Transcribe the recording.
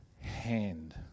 hand